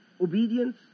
obedience